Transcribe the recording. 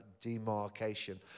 demarcation